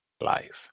Life